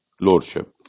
Lordship